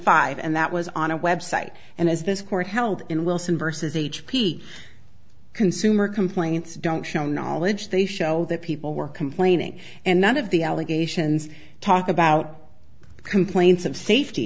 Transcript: five and that was on a website and as this court held in wilson versus h p consumer complaints don't show knowledge they show that people were complaining and none of the allegations talk about complaints of safety